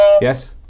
Yes